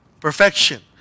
perfection